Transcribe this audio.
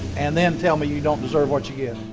and then tell me you don't deserve what you get